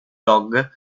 dog